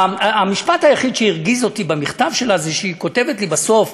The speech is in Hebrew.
המשפט היחיד שהרגיז אותי במכתב שלה זה שהיא כותבת לי בסוף,